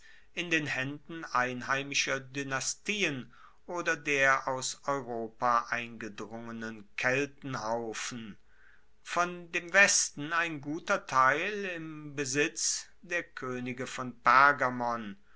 in den haenden einheimischer dynastien oder der aus europa eingedrungenen keltenhaufen von dem westen ein guter teil im besitz der koenige von